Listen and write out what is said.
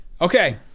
okay